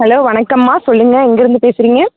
hello வணக்கம்மா சொல்லுங்கள் எங்கேருந்து பேசுறீங்க